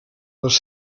les